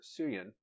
Suyin